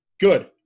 Good